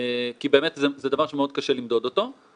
יש צומת שהוא מאוד חשוב של סיום הלימודים,